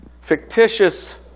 fictitious